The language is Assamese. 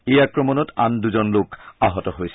এই আক্ৰমণত আন দুজন লোক আহত হয়